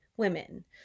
women